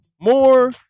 more